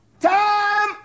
Time